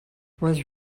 was